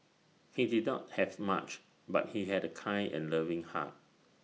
he did not have much but he had A kind and loving heart